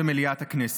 במליאת הכנסת.